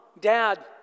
dad